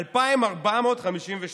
2,452,